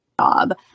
job